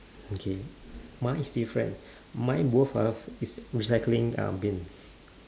okay mine is different mine both ah is recycling bins